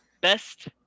best